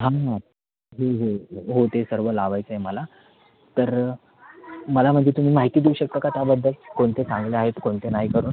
थांब ना हो हो हो ते सर्व लावायचं आहे मला तर मला म्हणजे तुम्ही माहिती देऊ शकता का त्याबद्दल कोणते चांगले आहेत कोणते नाही करून